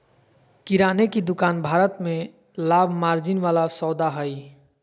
किराने की दुकान भारत में लाभ मार्जिन वाला सौदा हइ